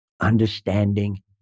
understanding